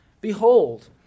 Behold